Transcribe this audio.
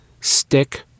stick